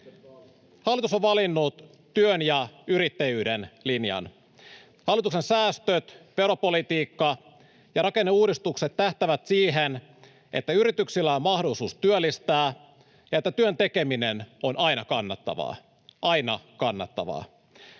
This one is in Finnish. Hallitus on valinnut työn ja yrittäjyyden linjan. Hallituksen säästöt, veropolitiikka ja rakenneuudistukset tähtäävät siihen, että yrityksillä on mahdollisuus työllistää ja että työn tekeminen on aina kannattavaa — aina kannattavaa.